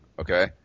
okay